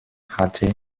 hatte